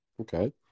Okay